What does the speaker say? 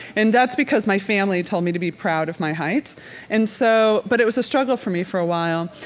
and that's because my family told me to be proud of my height and so but it was a struggle for me for a while.